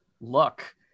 luck